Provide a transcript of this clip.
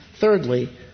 thirdly